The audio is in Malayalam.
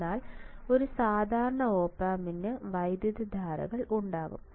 എന്നാൽ ഒരു സാധാരണ OP AMPൽ വൈദ്യുതധാരകൾ ഉണ്ടാകും